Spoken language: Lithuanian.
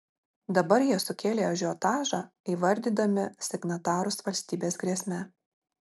dabar jie sukėlė ažiotažą įvardydami signatarus valstybės grėsme